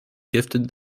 gifted